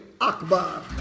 Akbar